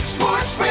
Sports